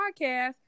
podcast